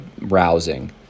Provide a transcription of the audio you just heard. rousing